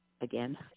again